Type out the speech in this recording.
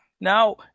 now